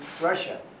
Russia